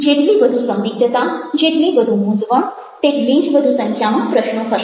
જેટલી વધુ સંદિગ્ધતા જેટલી વધુ મૂંઝવણ તેટલી જ વધુ સંખ્યામાં પ્રશ્નો હશે